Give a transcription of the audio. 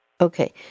Okay